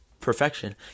perfection